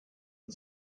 mit